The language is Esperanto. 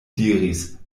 diris